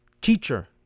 teacher